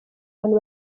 abantu